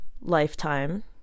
Lifetime